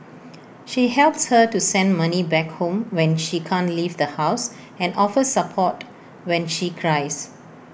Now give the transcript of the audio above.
she helps her to send money back home when she can't leave the house and offers support when she cries